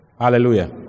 Hallelujah